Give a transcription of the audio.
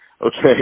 okay